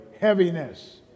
heaviness